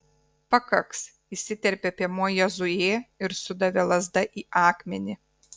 pakaks įsiterpė piemuo jozuė ir sudavė lazda į akmenį